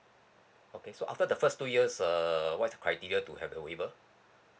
okay so after the first two years uh what is the criteria to have the waiver